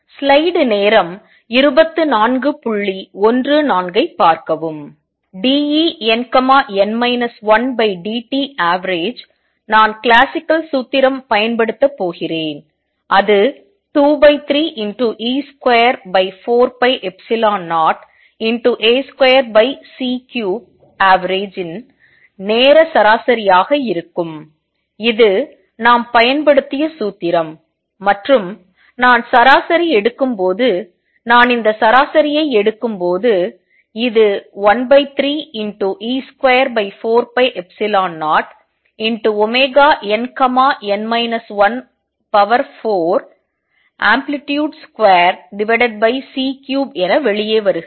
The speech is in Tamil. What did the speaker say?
dEnn 1dtavg நான் கிளாசிக்கல் சூத்திரம் பயன்படுத்த போகிறேன் அது23e24π0a2c3avg இன் நேர சராசரியாக இருக்கும் இது நாம் பயன்படுத்திய சூத்திரம் மற்றும் நான் சராசரி எடுக்கும் போது நான் இந்த சராசரியை எடுக்கும் போது இது13e24π0nn 14Ampl2c3 என வெளியே வருகிறது